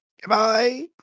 Goodbye